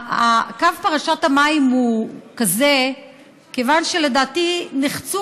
קו פרשת המים הוא כזה כיוון שלדעתי נחצו